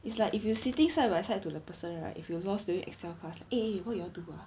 it's like if you sitting side by side to the person right if you lost during extra class eh eh what you all do ah